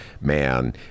man